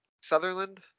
Sutherland